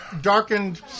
darkened